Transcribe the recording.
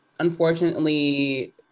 unfortunately